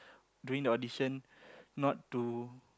doing the audition not to